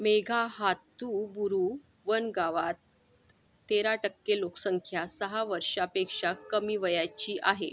मेघाहातुबुरू वन गावात तेरा टक्के लोकसंख्या सहा वर्षापेक्षा कमी वयाची आहे